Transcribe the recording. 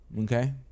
okay